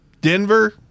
Denver